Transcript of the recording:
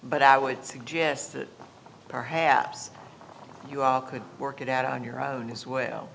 but i would suggest that perhaps you could work it out on your own as well